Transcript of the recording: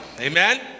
Amen